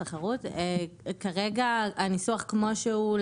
כרגע הניסוח כמו שהוא,